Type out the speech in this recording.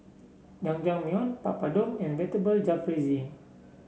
Jajangmyeon Papadum and Vegetable Jalfrezi